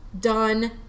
done